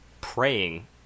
praying